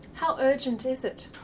how urgent is it?